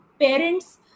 parents